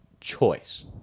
choice